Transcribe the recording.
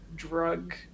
drug